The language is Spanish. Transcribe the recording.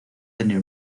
tener